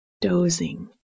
dozing